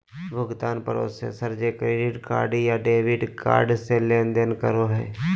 भुगतान प्रोसेसर जे credit card या डेबिट कार्ड से लेनदेन करो हइ